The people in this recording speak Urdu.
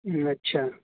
اچھا